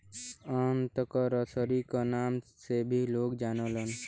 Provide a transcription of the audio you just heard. आंत क रसरी क नाम से भी लोग जानलन